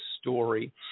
story